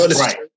Right